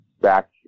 back